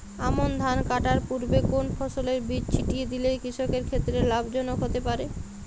আমন ধান কাটার পূর্বে কোন ফসলের বীজ ছিটিয়ে দিলে কৃষকের ক্ষেত্রে লাভজনক হতে পারে?